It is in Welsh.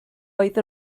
oedd